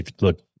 look